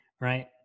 right